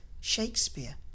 Shakespeare